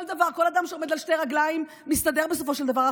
כל אדם שעומד על שתי רגליים מסתדר בסופו של דבר.